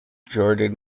jordan